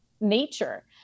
nature